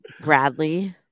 Bradley